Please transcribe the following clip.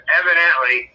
evidently